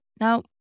Now